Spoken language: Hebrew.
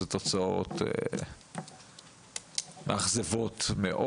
אלו תוצאות מאכזבות מאוד.